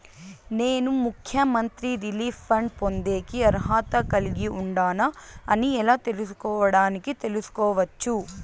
నేను ముఖ్యమంత్రి relief fund పొందేకి అర్హత కలిగి ఉండానా అని ఎలా తెలుసుకోవడానికి తెలుసుకోవచ్చు